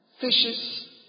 fishes